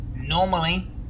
normally